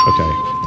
Okay